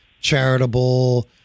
charitable